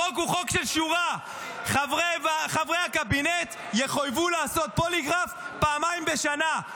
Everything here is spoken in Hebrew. החוק הוא חוק של שורה: חבריי הקבינט יחויבו לעשות פוליגרף פעמיים בשנה.